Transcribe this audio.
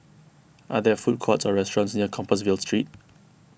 are there food courts or restaurants near Compassvale Street